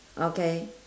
okay